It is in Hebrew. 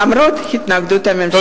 למרות התנגדות הממשלה.